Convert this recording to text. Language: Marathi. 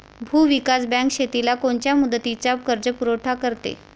भूविकास बँक शेतीला कोनच्या मुदतीचा कर्जपुरवठा करते?